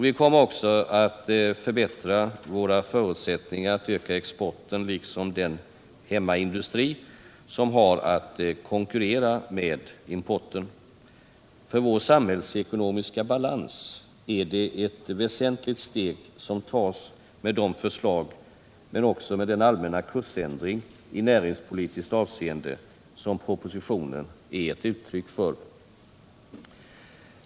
Vi kommer också att förbättra våra förutsättningar att öka exporten liksom förutsättningarna för hemmaindustrin, som har att konkurrera med importen. För vår samhällsekonomiska balans är det ett väsentligt steg som tas med propositionens förslag men också med den allmänna kursändring i näringspolitiskt avseende som propositionen är ett uttryck för.